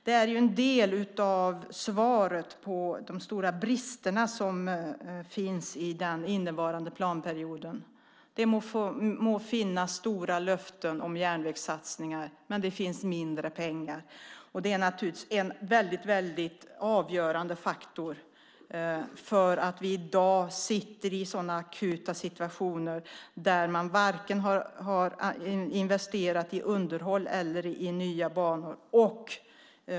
Det finns stora brister i den innevarande planperioden. Det må finnas stora löften om järnvägssatsningar, men det finns mindre pengar. En väldigt avgörande faktor för att vi i dag befinner oss i sådana akuta situationer är att man varken har investerat i underhåll eller i nya banor.